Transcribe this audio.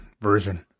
version